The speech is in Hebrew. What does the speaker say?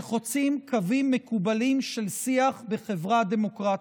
שחוצים קווים מקובלים של שיח בחברה דמוקרטית.